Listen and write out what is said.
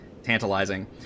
Tantalizing